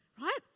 right